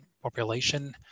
population